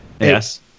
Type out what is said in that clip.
Yes